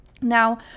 Now